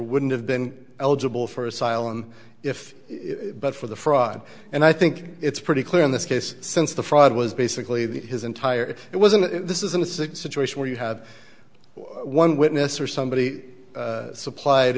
wouldn't have been eligible for asylum if but for the fraud and i think it's pretty clear in this case since the fraud was basically that his entire it wasn't this isn't a sick situation where you have one witness or somebody supplied